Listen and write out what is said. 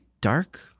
dark